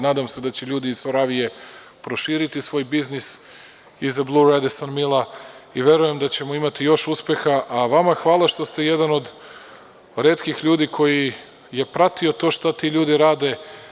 Nadam se da će ljudi iz „Soravije“ proširiti svoj biznis iz „Blu Radisson“ i verujem da ćemo imati još uspeha, a vama hvala što ste jedan od retkih ljudi koji je pratio to šta ti ljudi rade.